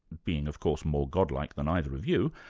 being of course more god like than either of you,